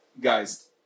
Guys